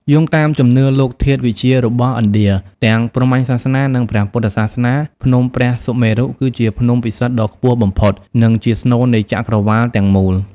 យោងតាមជំនឿលោកធាតុវិទ្យារបស់ឥណ្ឌា ទាំងព្រហ្មញ្ញសាសនា និងព្រះពុទ្ធសាសនា ភ្នំព្រះសុមេរុ គឺជាភ្នំពិសិដ្ឋដ៏ខ្ពស់បំផុត និងជាស្នូលនៃចក្រវាឡទាំងមូល។